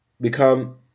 become